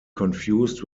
confused